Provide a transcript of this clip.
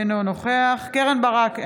אינו נוכח קרן ברק,